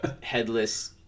headless